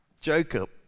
Jacob